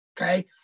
Okay